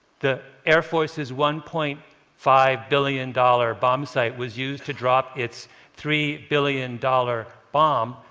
the air force's one point five billion dollar bombsight was used to drop its three billion dollar bomb,